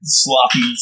sloppy